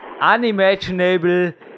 unimaginable